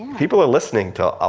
people are listening to a,